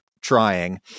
trying